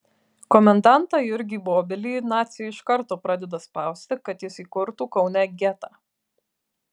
komendantą jurgį bobelį naciai iš karto pradeda spausti kad jis įkurtų kaune getą